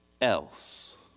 else